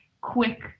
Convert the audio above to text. quick